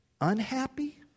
unhappy